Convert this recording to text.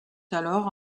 alors